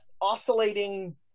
oscillating